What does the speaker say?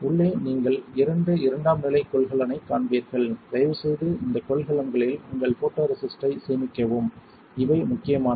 உள்ளே நீங்கள் இரண்டு இரண்டாம் நிலை கொள்கலன்களைக் காண்பீர்கள் தயவுசெய்து இந்த கொள்கலன்களில் உங்கள் போட்டோரெசிஸ்ட்டை சேமிக்கவும் இவை முக்கியமானவை